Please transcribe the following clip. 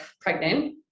pregnant